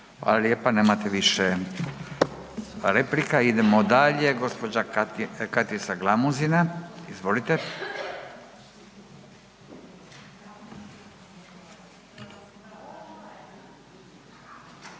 Fala lijepa, nemate više replika. Idemo dalje, gđa. Katica Glamuzina, izvolite.